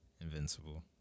Invincible